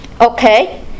okay